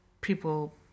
people